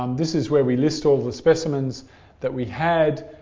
um this is where we list all the specimens that we had.